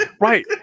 Right